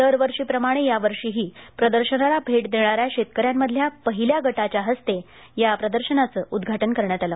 दरवर्षी प्रमाणे यावर्षी देखील प्रदर्शनाला भेट देणाऱ्या शेतक यांमधल्या पहिल्या गटाच्या हस्ते या प्रदर्शनाचे उद्घाटन करण्यात आले